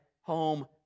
home